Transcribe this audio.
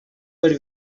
per